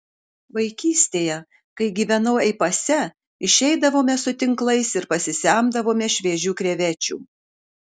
vaikystėje kai gyvenau ei pase išeidavome su tinklais ir pasisemdavome šviežių krevečių